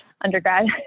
undergrad